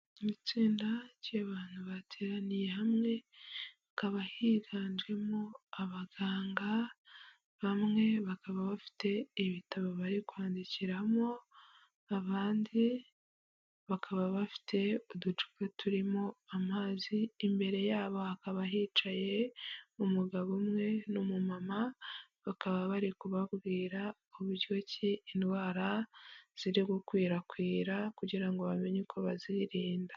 Mu itsinda ry'abantu bateraniye hamwe hakaba higanjemo abaganga, bamwe bakaba bafite ibitabo bari kwandikiramo, abandi bakaba bafite uducupa turimo amazi, imbere yabo hakaba hicaye umugabo umwe n'umu mama, bakaba bari kubabwira uburyo indwara ziri gukwirakwira kugira ngo bamenye uko bazirinda.